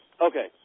Okay